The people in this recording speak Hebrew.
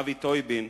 אבי טויבין,